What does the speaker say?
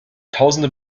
tausende